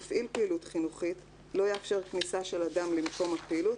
3. מפעיל פעילות חינוכית לא יאפשר כניסה של אדם למקום הפעילות